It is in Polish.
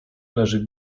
leży